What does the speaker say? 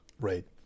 Right